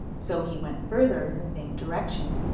so he went further in the same direction.